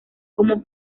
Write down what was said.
como